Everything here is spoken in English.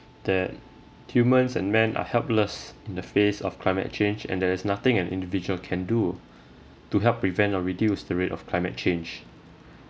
that humans and men are helpless in the face of climate change and there is nothing an individual can do to help prevent or reduce the rate of climate change